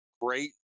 great